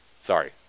Sorry